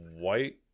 White